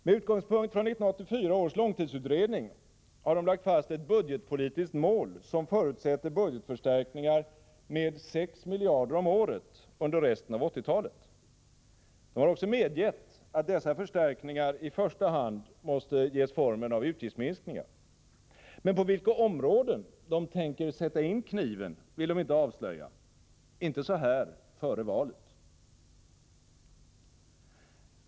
Med utgångspunkt från 1984 års långtidsutredning har de lagt fast ett budgetpolitiskt mål, som förutsätter budgetförstärkningar med 6 miljarder om året under resten av 1980-talet. De har också medgett att dessa förstärkningar i första hand måste ges formen av utgiftsminskningar. Men på vilka områden de tänker sätta in kniven vill de inte avslöja — inte så här före valet.